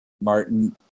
Martin